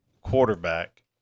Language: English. quarterback